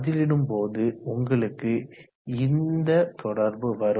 பதிலிடும் போது உங்களுக்கு இந்த தொடர்பு வரும்